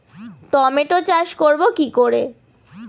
Tomato চাষ করব কি করে?